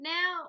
Now